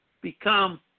Become